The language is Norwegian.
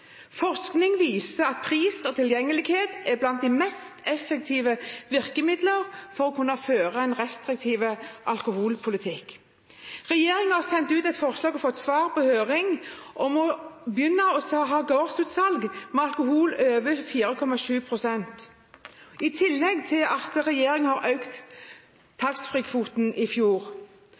Forskning viser at pris og tilgjengelighet er blant de mest effektive virkemidler for å kunne føre en restriktiv alkoholpolitikk. Regjeringen har sendt ut et forslag – og fått svar – på høring om å begynne med gårdsutsalg av alkohol over 4,7 pst., i tillegg til at regjeringen økte taxfree-kvoten i fjor.